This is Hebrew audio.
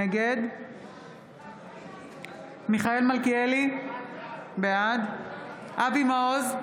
נגד מיכאל מלכיאלי, בעד אבי מעוז,